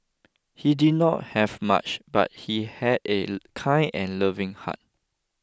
he did not have much but he had a kind and loving heart